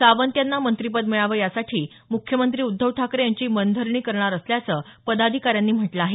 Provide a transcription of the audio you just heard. सावंत यांना मंत्रिपद मिळावं यासाठी मुख्यमंत्री उद्धव ठाकरे यांची मनधरणी करणार असल्याचं पदाधिकाऱ्यांनी म्हटलं आहे